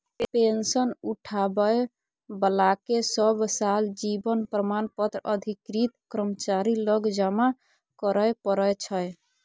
pension उठाबै बलाकेँ सब साल जीबन प्रमाण पत्र अधिकृत कर्मचारी लग जमा करय परय छै